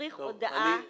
מצריך הודעה אחרת.